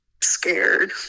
Scared